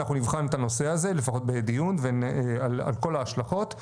אנחנו נבחן את הנושא הזה לפחות בדיון על כל ההשלכות.